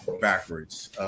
backwards